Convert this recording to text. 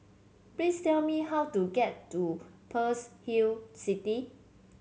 please tell me how to get to Pearl's Hill City